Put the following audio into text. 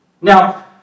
Now